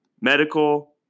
medical